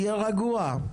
תהיה רגוע.